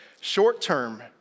Short-term